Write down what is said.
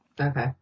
Okay